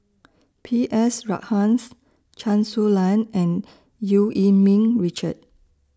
P S Rajhans Chen Su Lan and EU Yee Ming Richard